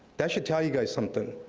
that should tell you guys something,